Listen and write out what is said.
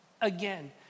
again